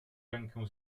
rękę